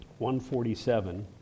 147